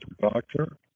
doctor